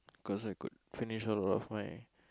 cause I could finish all of my